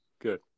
Good